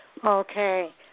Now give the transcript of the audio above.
Okay